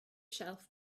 shelf